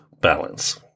balance